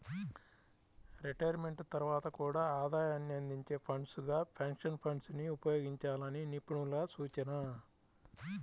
retirement తర్వాత కూడా ఆదాయాన్ని అందించే ఫండ్స్ గా పెన్షన్ ఫండ్స్ ని ఉపయోగించాలని నిపుణుల సూచన